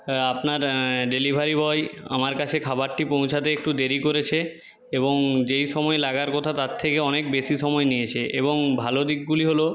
আপনার delivery boy আমার কাছে খাবারটি পৌঁছাতে একটু দেরি করেছে এবং যেই সময় লাগার কথা তার থেকে অনেক বেশি সময় নিয়েছে এবং ভালো দিকগুলি হল